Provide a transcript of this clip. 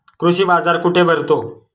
कृषी बाजार कुठे भरतो?